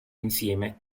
insieme